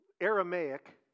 Aramaic